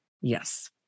Yes